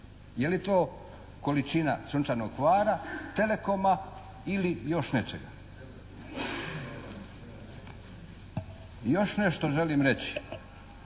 Je li to količina "Sunčanog Hvara", "Telekoma" ili još nečega. I još nešto želim reći.